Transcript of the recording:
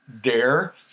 Dare